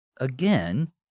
again